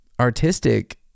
artistic